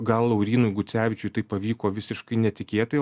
gal laurynui gucevičiui tai pavyko visiškai netikėtai